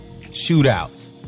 shootouts